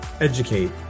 educate